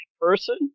person